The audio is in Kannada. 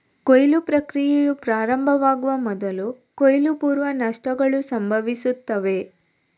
ಕೊಯ್ಲು ಪ್ರಕ್ರಿಯೆಯು ಪ್ರಾರಂಭವಾಗುವ ಮೊದಲು ಕೊಯ್ಲು ಪೂರ್ವ ನಷ್ಟಗಳು ಸಂಭವಿಸುತ್ತವೆ